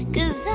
Cause